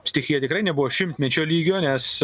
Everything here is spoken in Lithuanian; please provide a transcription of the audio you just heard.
stichija tikrai nebuvo šimtmečio lygio nes